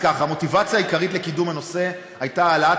המוטיבציה העיקרית לקידום הנושא הייתה העלאת